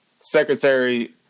Secretary